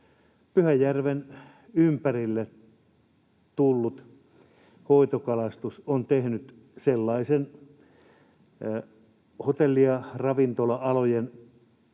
Pyhäjärven ympärille tullut hoitokalastus on tehnyt sellaisen hotelli- ja ravintola-alojen